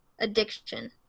addiction